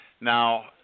Now